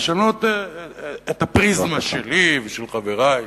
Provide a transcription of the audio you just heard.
לשנות את הפריזמה שלי ושל חברי,